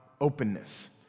openness